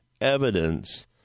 evidence